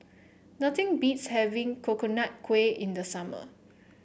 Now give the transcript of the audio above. nothing beats having Coconut Kuih in the summer